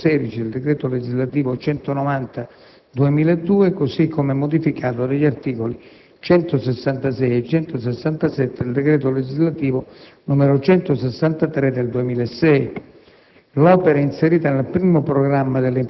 per le procedure approvative di cui all'articolo 16 del decreto legislativo n. 190 del 2002, così come modificato dagli articoli 166 e 167 del decreto legislativo n. 163 del 2006.